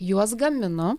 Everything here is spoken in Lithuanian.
juos gamino